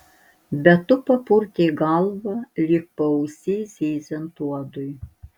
bet tu papurtei galvą lyg paausy zyziant uodui